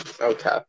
okay